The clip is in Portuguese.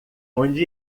onde